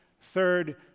Third